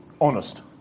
honest